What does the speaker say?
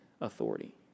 authority